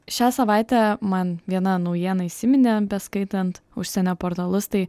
šią savaitę man viena naujiena įsiminė beskaitant užsienio portalus tai